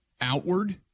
outward –